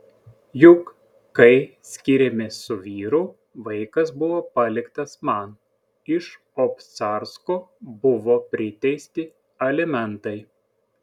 juk kai skyrėmės su vyru vaikas buvo paliktas man iš obcarsko buvo priteisti alimentai